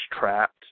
trapped